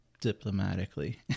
diplomatically